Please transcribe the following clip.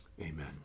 amen